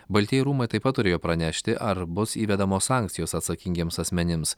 baltieji rūmai taip pat turėjo pranešti ar bus įvedamos sankcijos atsakingiems asmenims